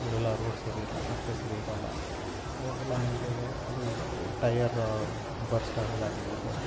ಅಲ್ಲೆಲ್ಲ ರೋಡ್ ಸರಿ ಇರೋಲ್ಲ ರಸ್ತೆ ಸರಿ ಇರೋಲ್ಲ ಅವಾಗೆಲ್ಲ ನಿಮಗೆ ಅದು ಟಯರ್ ಬರ್ಸ್ಟ್ ಆಗೋದಾಗಲಿ ಈ ಥರ